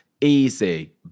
easy